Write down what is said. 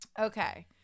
Okay